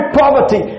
poverty